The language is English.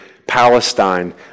Palestine